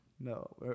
No